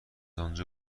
آنجا